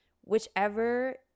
whichever